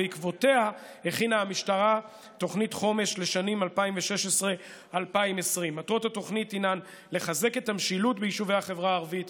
בעקבותיה הכינה המשטרה תוכנית חומש לשנים 2016 2020. מטרות התוכנית הן לחזק את המשילות ביישובי החברה הערבית,